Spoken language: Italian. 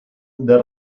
del